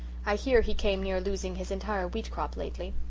i hear he came near losing his entire wheat-crop lately.